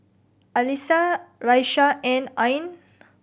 Alyssa Raisya and Ain